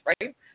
right